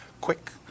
quick